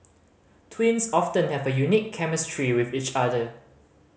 twins often have a unique chemistry with each other